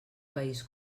país